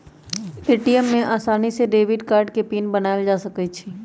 ATM में आसानी से डेबिट कार्ड के पिन बनायल जा सकई छई